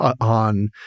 on